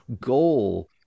goal